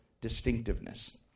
distinctiveness